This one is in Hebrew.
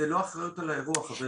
זה לא אחריות על האירוע, חברים.